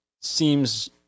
seems